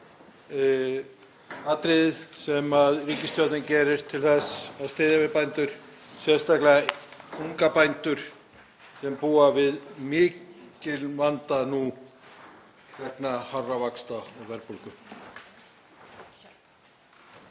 aðgerðin sem ríkisstjórnin leggur til til þess að styðja við bændur, sérstaklega unga bændur sem búa við mikinn vanda nú vegna hárra vaxta og verðbólgu.